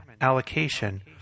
allocation